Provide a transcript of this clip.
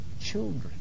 children